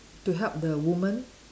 to help the woman